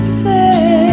say